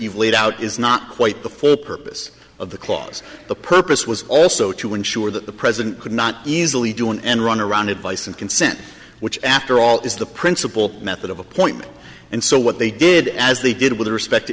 you've laid out is not quite the for the purpose of the clause the purpose was also to ensure that the president could not easily do an end run around advice and consent which after all is the principal method of appointment and so what they did as they did with respect to